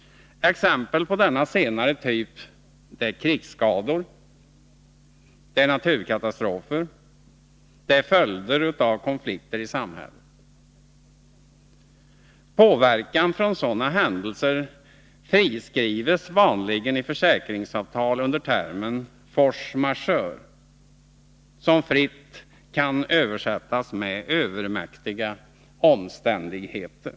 Exempel på denna senare typ är krigsskador, naturkatastrofer och följder av konflikter i samhället. Påverkan från sådana händelser friskrivs vanligen i försäkringsavtal under termen ”force majeure” , som fritt kan översättas med ”övermäktiga omständigheter”.